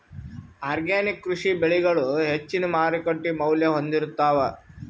organic ಕೃಷಿ ಬೆಳಿಗಳು ಹೆಚ್ಚಿನ್ ಮಾರುಕಟ್ಟಿ ಮೌಲ್ಯ ಹೊಂದಿರುತ್ತಾವ